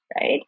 right